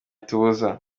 itubuza